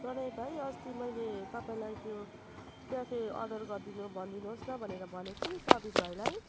प्रणय भाइ अस्ति मैले तपाईँलाई त्यो क्याफे अर्डर गरिदिनु भनिदिनु होस् न भनेर भनेको थिएँ नि सदीप भाइलाई